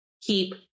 keep